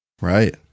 Right